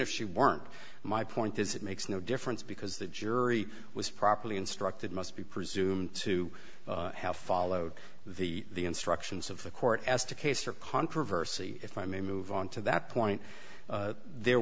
if she weren't my point is it makes no difference because the jury was properly instructed must be presumed to have followed the instructions of the court as to case or controversy if i may move on to that point there